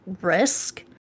risk